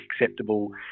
acceptable